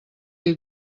diu